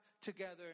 together